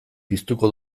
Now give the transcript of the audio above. piztuko